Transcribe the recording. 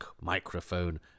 microphone